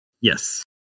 Yes